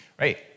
right